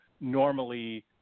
normally